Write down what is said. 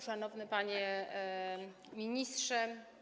Szanowny Panie Ministrze!